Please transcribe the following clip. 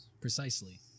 precisely